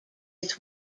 its